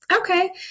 Okay